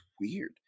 weird